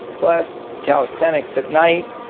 plus calisthenics at night.